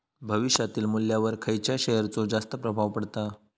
भविष्यातील मुल्ल्यावर खयच्या शेयरचो जास्त प्रभाव पडता?